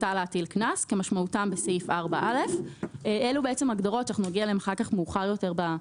למשל מקרים של גרסאות או דברים שאין לגביהם ראיות בכתב.